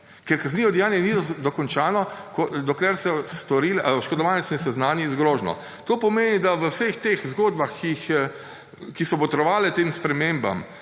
ker kaznivo dejanje ni dokončano, dokler se oškodovanec ne seznani z grožnjo. To pomeni, da v vseh teh zgodbah, ki so botrovale tem spremembam